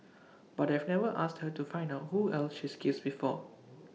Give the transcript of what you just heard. but I've never asked her to find out who else she's kissed before